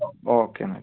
okay എന്നാൽ